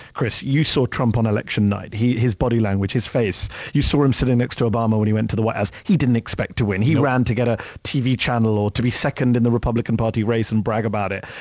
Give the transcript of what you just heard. chris. you saw trump on election night, his body language, his face. you saw him sitting next to obama when he went to the white house. he didn't expect to win. he ran to get a tv channel or to be second in the republican party race and brag about it,